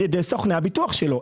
על ידי סוכן הביטוח שלו,